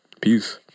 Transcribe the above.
Peace